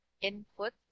input